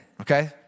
Okay